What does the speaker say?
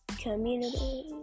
Community